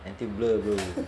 until blur bro